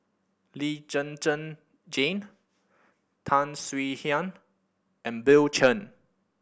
Lee Zhen Zhen Jane Tan Swie Hian and Bill Chen